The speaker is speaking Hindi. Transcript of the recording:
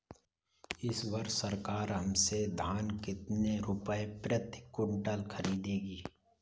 इस वर्ष सरकार हमसे धान कितने रुपए प्रति क्विंटल खरीदेगी?